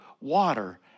water